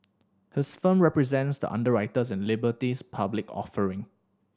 his firm represents the underwriters in Liberty's public offering